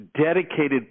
dedicated